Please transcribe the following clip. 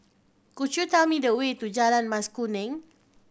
could you tell me the way to Jalan Mas Kuning